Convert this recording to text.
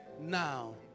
now